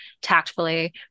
tactfully